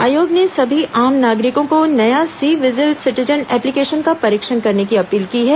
आयोग ने सभी आम नागरिकों से नया सी विजिल सिटीजन एप्लीकेशन का परीक्षण करने की अपील की है